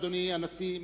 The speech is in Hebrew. אדוני הנשיא,